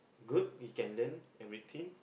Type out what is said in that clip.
good we can learn everything